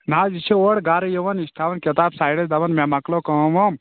نہٕ حظ یہِ چھِ اورٕ گرٕ یِوان یہِ چھِ تھوان کِتابہٕ سایڈس دپان مےٚ مۄکلٲو کأم وأم